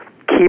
Keep